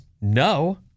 no